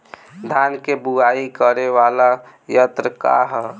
धान के बुवाई करे वाला यत्र का ह?